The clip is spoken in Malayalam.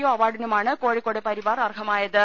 ഒ അവാർഡിനുമാണ് കോഴി ക്കോട് പരിവാർ അർഹമായത്